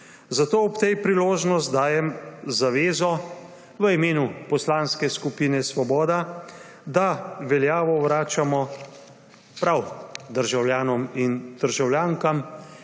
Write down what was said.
Zato ob tej priložnosti dajem zavezo v imenu Poslanske skupine Svoboda, da veljavo vračamo prav državljanom in državljankam,